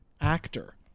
actor